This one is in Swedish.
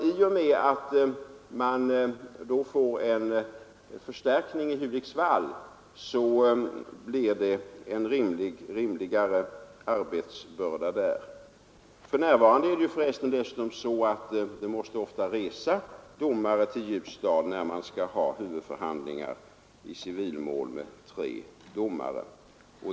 I och med att man får en förstärkning i Hudiksvall blir det ju rimligare arbetsbörda där. För närvarande är det för resten så att det ofta måste resa domare till Ljusdal när man skall ha huvudförhandlingar i civilmål med tre domare.